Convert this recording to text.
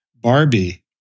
Barbie